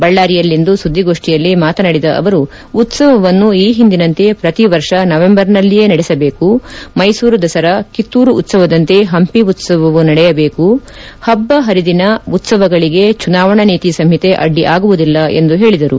ಬಳ್ದಾರಿಯಲ್ಲಿಂದು ಸುಧ್ಗಿಗೋಷ್ನಿಯಲ್ಲಿ ಮಾತನಾಡಿದ ಅವರು ಉತ್ತವವನ್ನು ಈ ಹಿಂದಿನಂತೆ ಪ್ರತಿ ವರ್ಷ ನವೆಂಬರ್ನಲ್ಲಿಯೇ ನಡೆಸಬೇಕು ಮೈಸೂರು ದಸರಾ ಕಿತ್ತೂರು ಉತ್ಸವದಂತೆ ಪಂಪಿ ಉತ್ಸವವೂ ನಡೆಯದೇಕು ಪಬ್ಲ ಪರಿದಿನ ಉತ್ಸವಗಳಿಗೆ ಚುನಾವಣಾ ನೀತಿ ಸಂಹಿತೆ ಅಡ್ಡಿ ಆಗುವುದಿಲ್ಲ ಎಂದು ಹೇಳಿದರು